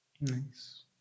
Nice